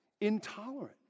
intolerant